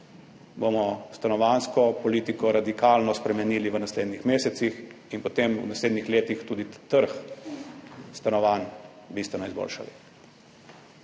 bomo stanovanjsko politiko radikalno spremenili v naslednjih mesecih in potem v naslednjih letih tudi trg stanovanj bistveno izboljšali.